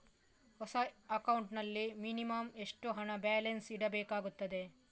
ಹೊಸ ಅಕೌಂಟ್ ನಲ್ಲಿ ಮಿನಿಮಂ ಎಷ್ಟು ಹಣ ಬ್ಯಾಲೆನ್ಸ್ ಇಡಬೇಕಾಗುತ್ತದೆ?